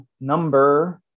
number